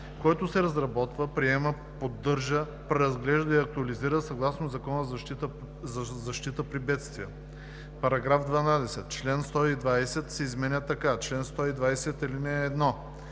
който се разработва, приема, поддържа, преразглежда и актуализира съгласно Закона за защита при бедствия.“ § 12. Член 120 се изменя така: „Чл. 120. (1) Лице,